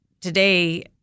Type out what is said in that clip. today